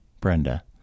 Brenda